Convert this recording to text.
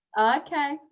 okay